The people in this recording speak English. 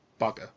bugger